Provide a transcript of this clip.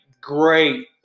great